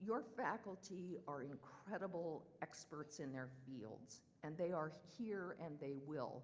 your faculty are incredible experts in their fields and they are here and they will